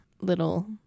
little